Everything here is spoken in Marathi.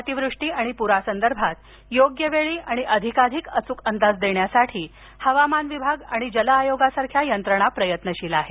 अतिवृष्टी आणि पुरासंदर्भात योग्य वेळी आणि अधिकाधिक अचूक अंदाज देण्यासाठी हवामान विभाग आणि जल आयोगासारख्या यंत्रणा प्रयत्नशील आहेत